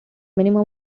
minimum